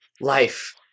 life